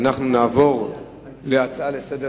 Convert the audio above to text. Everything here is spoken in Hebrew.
אנחנו עוברים להצעות לסדר